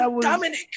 Dominic